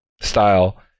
style